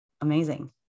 Amazing